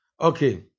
Okay